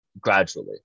gradually